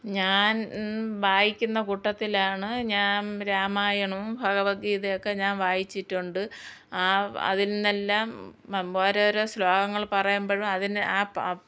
ഞാൻ വായിക്കുന്ന കൂട്ടത്തിലാണ് ഞാൻ രാമായണോം ഭഗവത് ഗീതയൊക്കെ ഞാൻ വായിച്ചിട്ടുണ്ട് ആ അതിൽ നിന്നെല്ലാം ഓരോരോ ശ്ലോകങ്ങൾ പറയുമ്പോഴും അതിനെ ആപ്പ് അപ്പ്